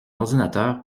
ordinateur